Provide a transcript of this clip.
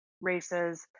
races